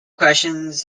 questions